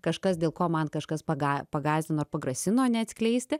kažkas dėl ko man kažkas paga pagąsdino pagrasino neatskleisti